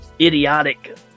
idiotic